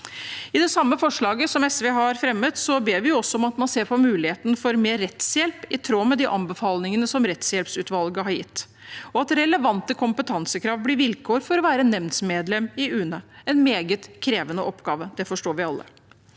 I et forslag som SV har fremmet, ber vi også om at man ser på muligheten for mer rettshjelp, i tråd med de anbefalingene som rettshjelpsutvalget har gitt, og at relevante kompetansekrav blir vilkår for å være nemndsmedlem i UNE – en meget krevende oppgave, det forstår vi alle.